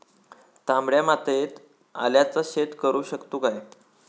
तामड्या मातयेत आल्याचा शेत करु शकतू काय?